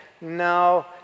no